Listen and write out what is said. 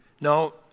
No